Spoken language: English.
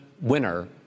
winner